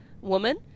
woman